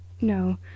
No